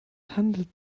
handelt